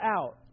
out